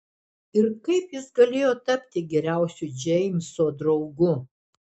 ir kaip jis galėjo tapti geriausiu džeimso draugu